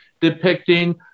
depicting